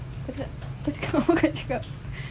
kau cakap kau cakap apa kau cakap